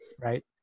right